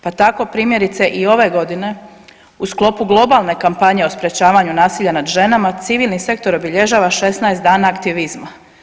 Pa tako primjerice i ove godine u sklopu globalne kampanje o sprečavanju nasilja nad ženama civilni sektor obilježava 16 dana aktivizma.